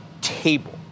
table